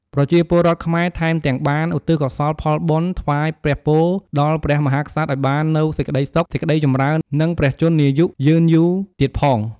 ប្រជាពលរដ្ឋខ្មែរថែមទាំងបាន ឧទ្ទិសកុសលផលបុណ្យថ្វាយព្រះពរដល់ព្រះមហាក្សត្រឲ្យបាននូវសេចក្ដីសុខ សេចក្ដីចម្រើន និងព្រះជន្មាយុយឺនយូរទៀតផង។